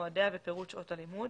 מועדיה ופירוט שעות הלימוד,